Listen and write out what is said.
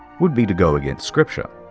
would be to go against scripture.